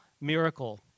miracle